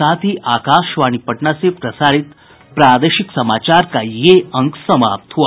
इसके साथ ही आकाशवाणी पटना से प्रसारित प्रादेशिक समाचार का ये अंक समाप्त हुआ